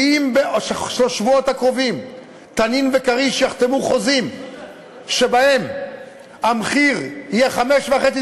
כי אם בשבועות הקרובים "תנין" ו"כריש" יחתמו חוזים שבהם המחיר יהיה 5.5,